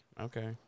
Okay